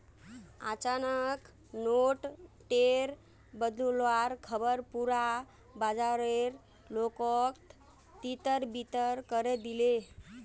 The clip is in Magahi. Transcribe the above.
अचानक नोट टेर बदलुवार ख़बर पुरा बाजारेर लोकोत तितर बितर करे दिलए